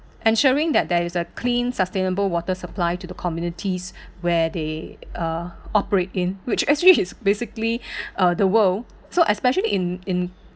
ensuring that there is a clean sustainable water supply to the communities where they uh operate in which actually is basically uh the world so especially in in